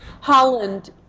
Holland